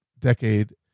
decade